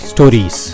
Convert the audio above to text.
Stories